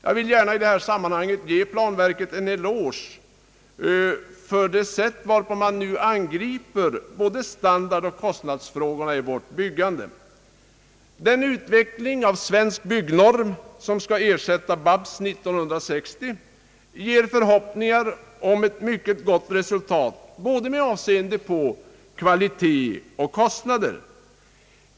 Jag vill gärna vid detta tillfälle ge planverket en eloge för det sätt varpå man nu angriper både standardoch kostnadsfrågorna i vårt byggande. Den utveckling av Svensk Byggnorm som skall ersätta BABS 1960 ger förhoppningar om ett mycket gott resultat både med avseende på kvalitet och när det gäller kostnader.